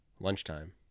Lunchtime